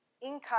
income